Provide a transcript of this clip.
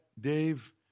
Dave